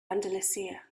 andalusia